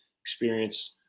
experience